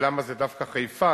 ולמה זה דווקא חיפה,